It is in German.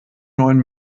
neuen